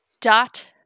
dot